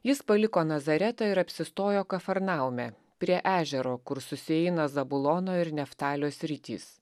jis paliko nazaretą ir apsistojo kafarnaume prie ežero kur susieina zabulono ir neftalio sritys